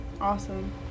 Awesome